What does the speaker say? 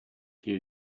key